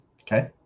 Okay